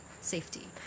safety